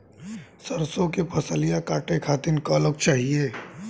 सरसो के फसलिया कांटे खातिन क लोग चाहिए?